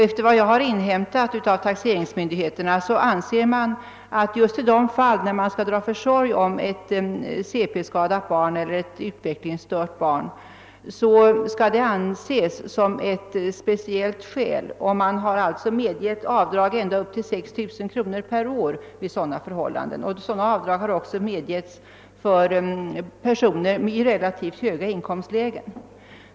Efter vad jag har inhämtat av taxeringsmyndigheterna anser man att just det fall då det rör sig om att dra försorg om ett utvecklingsstört barn skall anses som ett speciellt skäl, och det har medgetts avdrag på ända upp till 6 000 kronor per år vid dylika förhållanden. Sådana avdrag har också medgetts personer i relativt höga inkomstlägen.